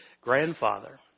grandfather